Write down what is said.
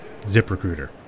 ZipRecruiter